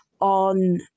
on